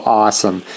awesome